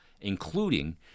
including